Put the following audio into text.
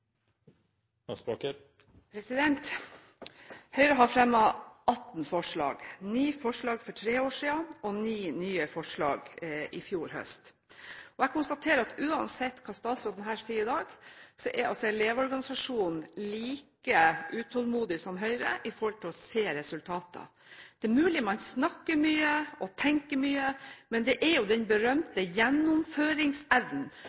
Høyre har fremmet 18 forslag – ni forslag for tre år siden og ni nye forslag i fjor høst. Jeg konstaterer at uansett hva statsråden sier her i dag, er elevorganisasjonen like utålmodig som Høyre etter å se resultater. Det er mulig man snakker mye og tenker mye, men det handler jo om den